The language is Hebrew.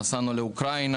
נסענו לאוקראינה.